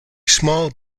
small